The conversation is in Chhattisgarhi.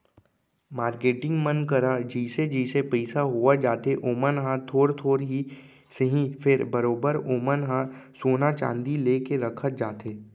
मारकेटिंग मन करा जइसे जइसे पइसा होवत जाथे ओमन ह थोर थोर ही सही फेर बरोबर ओमन ह सोना चांदी लेके रखत जाथे